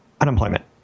unemployment